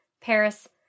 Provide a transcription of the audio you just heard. Paris